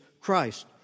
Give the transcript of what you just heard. Christ